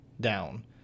down